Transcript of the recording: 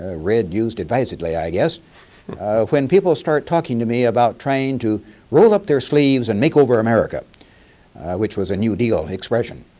ah red used advisedly i guess when people start talking to me about trying to roll up their sleeves and make over america which was a new deal expression.